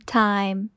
time